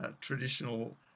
traditional